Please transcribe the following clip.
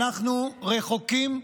אנחנו רחוקים,